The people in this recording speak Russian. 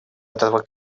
этого